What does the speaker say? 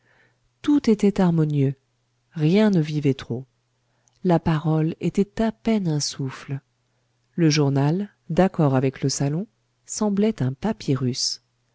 tout était harmonieux rien ne vivait trop la parole était à peine un souffle le journal d'accord avec le salon semblait un